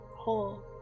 Whole